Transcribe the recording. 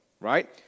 right